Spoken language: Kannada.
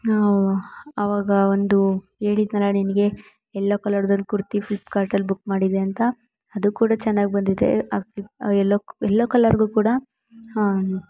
ಆವಾಗ ಒಂದು ಹೇಳಿದ್ನಲ್ಲ ನಿನಗೆ ಎಲ್ಲೋ ಕಲರದ್ದು ಒಂದು ಕುರ್ತಿ ಫ್ಲಿಪ್ಕಾರ್ಟಲ್ಲಿ ಬುಕ್ ಮಾಡಿದ್ದೆ ಅಂತ ಅದು ಕೂಡ ಚೆನ್ನಾಗಿ ಬಂದಿದೆ ಎಲ್ಲೋ ಎಲ್ಲೋ ಕಲರಿಗು ಕೂಡ